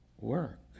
work